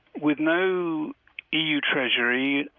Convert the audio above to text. with no eu treasury,